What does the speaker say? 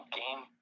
game